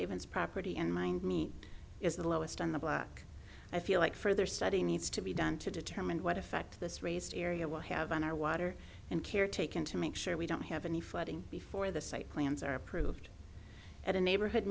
havens property and mind meet is the lowest on the block i feel like further study needs to be done to determine what effect this raised area will have on our water and care taken to make sure we don't have any flooding before the site plans are approved at a neighborhood